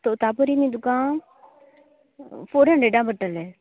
तोतापुरी न्ही तुका फोर हन्ड्रेडाक पडटलें